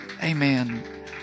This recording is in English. Amen